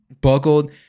buckled